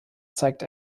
zeigt